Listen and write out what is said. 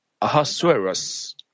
Ahasuerus